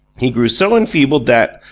he grew so enfeebled that,